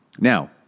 Now